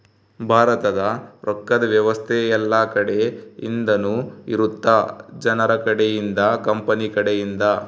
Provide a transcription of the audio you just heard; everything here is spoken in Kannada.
ಭಾರತದ ರೊಕ್ಕದ್ ವ್ಯವಸ್ತೆ ಯೆಲ್ಲ ಕಡೆ ಇಂದನು ಇರುತ್ತ ಜನರ ಕಡೆ ಇಂದ ಕಂಪನಿ ಕಡೆ ಇಂದ